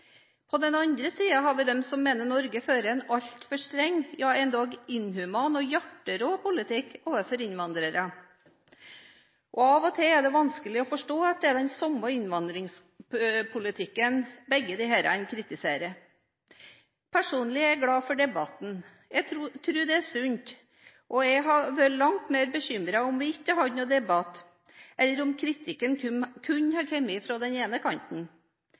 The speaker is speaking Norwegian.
På den andre siden har vi dem som mener at Norge fører en altfor streng, ja endog inhuman og hjerterå, politikk overfor innvandrere. Av og til er det vanskelig å forstå at det er den samme innvandringspolitikken begge kritiserer. Personlig er jeg glad for debatten. Jeg tror det er sunt, og jeg hadde vært langt mer bekymret om vi ikke hadde hatt noen debatt, eller om kritikken kun hadde kommet fra den ene kanten.